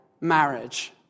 marriage